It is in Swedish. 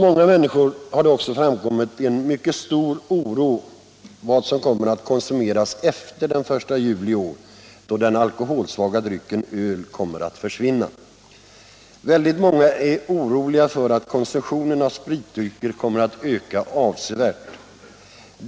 Många människor känner också mycket stark oro för vad som kommer att konsumeras efter den 1 juli i år, då den alkoholsvaga drycken öl försvinner. Många är oroliga för att konsumtionen av spritdrycker kommer att öka avsevärt.